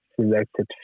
selected